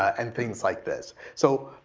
and things like this. so,